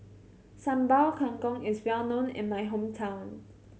Sambal Kangkong is well known in my hometown